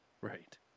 Right